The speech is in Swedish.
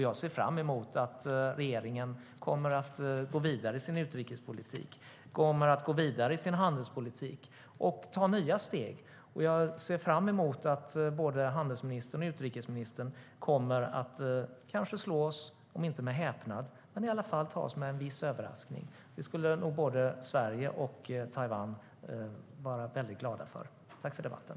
Jag ser fram emot att regeringen går vidare i sin utrikespolitik och handelspolitik och tar nya steg. Kanske kommer både utrikesministern och handelsministern att överraska oss. Det skulle i så fall glädja både Sverige och Taiwan.